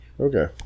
okay